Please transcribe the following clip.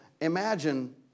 imagine